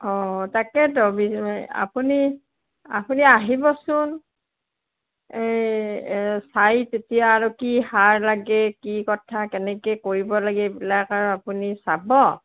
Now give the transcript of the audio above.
অঁ তাকেতো আপুনি আপুনি আহিবচোন এই চাই তেতিয়া আৰু কি সাৰ লাগে কি কথা কেনেকৈ কৰিব লাগে এইবিলাক আৰু আপুনি চাব